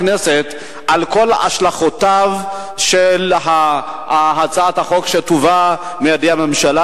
הכנסת על כל השלכותיה של הצעת החוק שתובא מידי הממשלה,